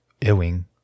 Ewing